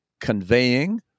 conveying